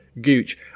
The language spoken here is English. Gooch